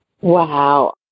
Wow